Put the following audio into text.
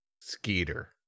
Skeeter